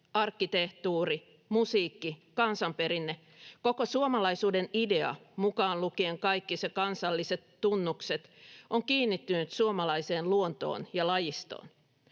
arkkitehtuuri, musiikki, kansanperinne, koko suomalaisuuden idea, mukaan lukien kaikki kansalliset tunnukset, on kiinnittynyt suomalaiseen luontoon ja lajistoon.